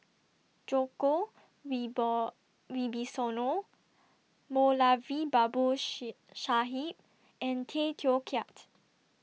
Djoko Wibisono Moulavi Babu She Sahib and Tay Teow Kiat